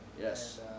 Yes